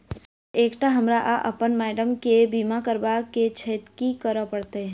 Sir एकटा हमरा आ अप्पन माइडम केँ बीमा करबाक केँ छैय की करऽ परतै?